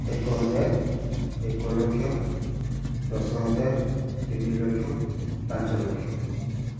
ଏକ ହଜାର ଏକ ଲକ୍ଷ ଦଶ ହଜାର ତିନି ଲକ୍ଷ ପାଞ୍ଚ ଲକ୍ଷ